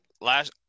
last –